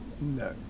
No